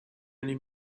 any